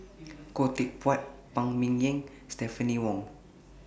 Khoo Teck Puat Phan Ming Yen Stephanie Wong